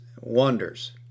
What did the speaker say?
wonders